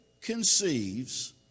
conceives